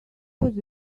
was